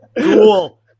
Cool